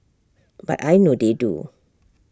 but I know they do